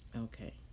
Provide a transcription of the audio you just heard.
okay